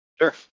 Sure